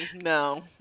No